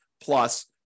plus